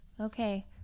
Okay